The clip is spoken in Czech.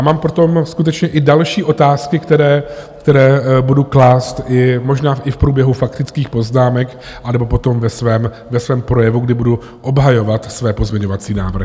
Mám potom skutečně i další otázky, které budu klást možná i v průběhu faktických poznámek, anebo potom ve svém projevu, kdy budu obhajovat své pozměňovací návrhy.